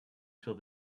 till